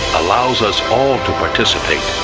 allows us all to participate,